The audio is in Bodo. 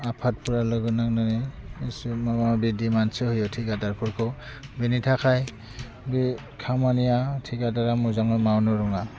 आफादफ्रा लोगो नांनानै एसे माबा माबि दिमानसो होयो थिखादारफोरखौ बेनि थाखाय बे खामानिया थिखादारा मोजाङै मावन' रोङा